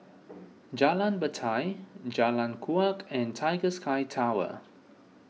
Jalan Batai Jalan Kuak and Tiger Sky Tower